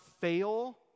fail